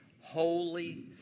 holy